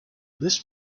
this